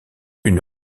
une